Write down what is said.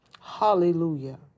Hallelujah